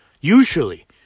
Usually